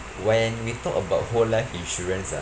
when we talk about whole life insurance ah